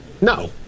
No